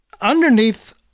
Underneath